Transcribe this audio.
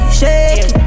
shake